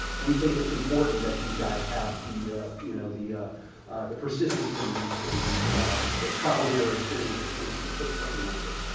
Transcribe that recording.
we think it's important that these guys have the you know the the persistence and the bend the the trial-and-error experience it takes to put something like this.